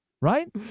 Right